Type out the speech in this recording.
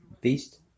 beast